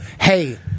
hey